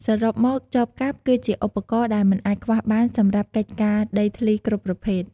សរុបមក ចបកាប់គឺជាឧបករណ៍ដែលមិនអាចខ្វះបានសម្រាប់កិច្ចការដីធ្លីគ្រប់ប្រភេទ។